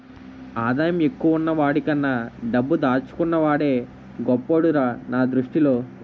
ఆదాయం ఎక్కువున్న వాడికన్నా డబ్బు దాచుకున్న వాడే గొప్పోడురా నా దృష్టిలో